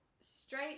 straight